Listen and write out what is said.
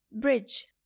Bridge